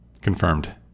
confirmed